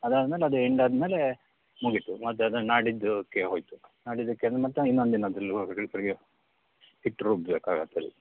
ಅದಾದಮೇಲೆ ಅದು ಎಂಡ್ ಆದ ಮೇಲೆ ಮುಗಿಯಿತು ಮತ್ತು ಅದು ನಾಡಿದ್ದಕ್ಕೆ ಹೋಯಿತು ನಾಡಿದ್ದಕ್ಕೆ ಅಂದರೆ ಮತ್ತೆ ಇನ್ನೊಂದು ದಿನದರಲ್ಲಿ ಹಿಟ್ಟು ರುಬ್ಬೇಕಾಗತ್ತೆ ಅಲ್ಲಿ